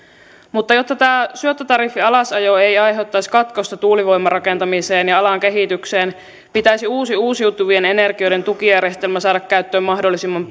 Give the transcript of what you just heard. mutta jotta tämä syöttötariffin alasajo ei aiheuttaisi katkosta tuulivoiman rakentamiseen ja alan kehitykseen pitäisi uusi uusiutuvien energioiden tukijärjestelmä saada käyttöön mahdollisimman